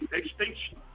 extinction